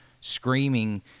screaming